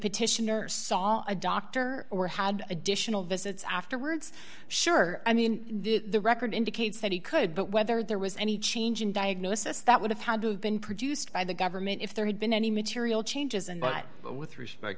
petitioner saw a doctor or had additional visits afterwards sure i mean the record indicates that he could but whether there was any change in diagnosis that would have had to have been produced by the government if there had been any material changes and but with respect